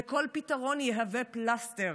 וכל פתרון יהווה פלסטר,